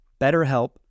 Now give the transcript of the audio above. BetterHelp